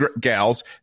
gals